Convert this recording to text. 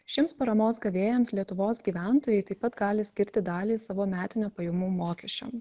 šiems paramos gavėjams lietuvos gyventojai taip pat gali skirti dalį savo metinio pajamų mokesčio